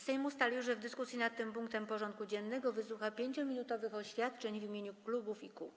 Sejm ustalił, że w dyskusji nad tym punktem porządku dziennego wysłucha 5-minutowych oświadczeń w imieniu klubów i kół.